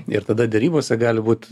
ir tada derybose gali būt